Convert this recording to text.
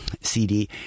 CD